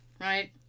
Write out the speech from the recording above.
right